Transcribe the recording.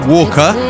Walker